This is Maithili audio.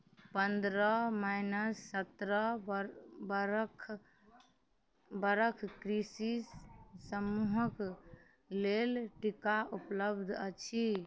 पनरह माइनस सतरह बरख बरख कृषि समूहक लेल टीका उपलब्ध अछि